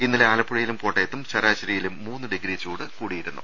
ഇന്നലെ ആലപ്പുഴയിലും കോട്ട യത്തും ശരാശരിയിലും ദ ഡിഗ്രി ചൂട് കൂടിയിരുന്നു